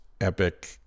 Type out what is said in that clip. epic